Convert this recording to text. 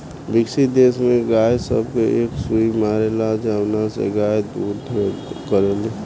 विकसित देश में गाय सब के एक सुई मारेला जवना से गाय दूध ढेर करले